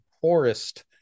poorest